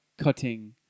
cutting